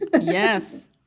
Yes